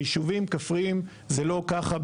בישובים כפריים זה לא ככה.